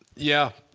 yeah,